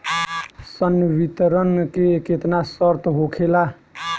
संवितरण के केतना शर्त होखेला?